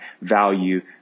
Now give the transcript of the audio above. value